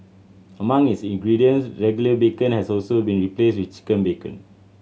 among its ingredients regular bacon has also been replaced with chicken bacon